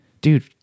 Dude